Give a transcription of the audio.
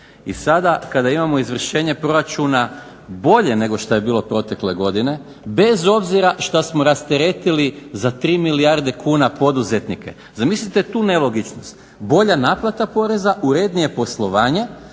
I sada kada imamo izvršenje proračuna bolje nego što je bilo protekle godine bez obzira što smo rasteretili za 3 milijarde kuna poduzetnike, zamislite tu nelogičnost, bolja naplata poreza, urednije poslovanje,